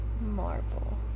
Marvel